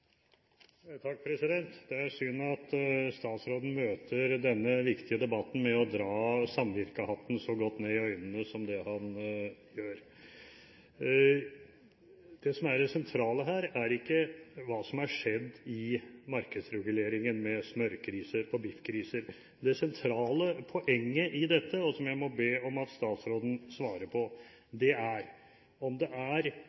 synd at statsråden møter denne viktige debatten med å dra samvirkehatten så godt ned i øynene som han gjør. Det som er det sentrale her, er ikke hva som har skjedd i markedsreguleringen med smørkriser og biffkriser. Det sentrale poenget i dette, og som jeg må be om at statsråden svarer på, er